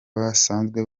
basanzwe